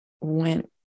went